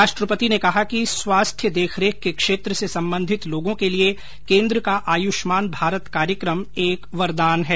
राष्ट्रपति कोविंद ने कहा कि स्वास्थ्य देखरेख के क्षेत्र से संबंधित लोगों के लिए केन्द्र का आयुष्मान भारत कार्यक्रम एक वरदान है